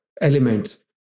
elements